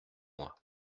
moi